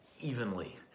evenly